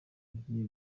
ugiye